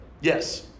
Yes